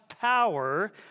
power